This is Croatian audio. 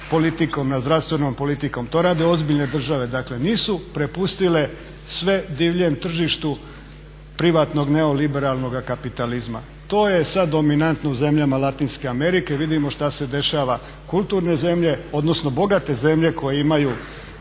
politikom, nad zdravstvenom politikom. To rade ozbiljne države. Dakle, nisu prepustile sve divljem tržištu privatnog neoliberalnoga kapitalizma. To je sad dominantno u zemljama Latinske Amerike. Vidimo šta se dešava. Kulturne zemlje, odnosno bogate zemlje koje imaju